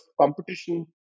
competition